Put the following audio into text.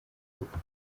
urugo